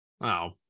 Wow